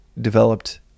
developed